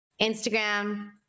Instagram